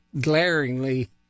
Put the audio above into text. glaringly